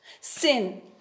Sin